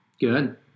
Good